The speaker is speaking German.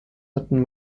hatten